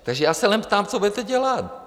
Takže já se jen ptám, co budete dělat.